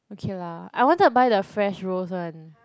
okay lah I wanted to buy the fresh rose [one]